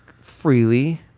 freely